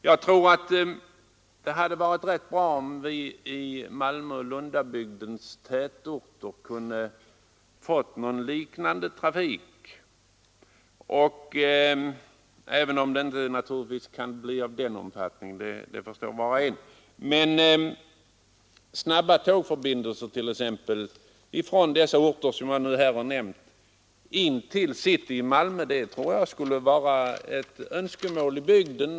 Jag tror att det hade varit rätt bra om vi i Malmöoch Lundabygdens tätorter kunnat få en liknande trafik, även om den — som var och en förstår — inte kan bli av samma omfattning som trafiken i Stockholmsområdet. Men snabba tågförbindelser t.ex. från de orter som jag här nämnt in till city i Malmö tror jag är ett önskemål i bygden.